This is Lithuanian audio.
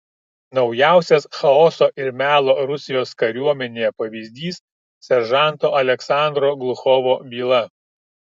naujausias chaoso ir melo rusijos kariuomenėje pavyzdys seržanto aleksandro gluchovo byla